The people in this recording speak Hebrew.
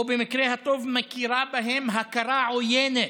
או במקרה הטוב מכירה בהם הכרה עוינת,